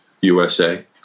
USA